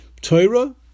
Torah